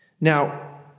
Now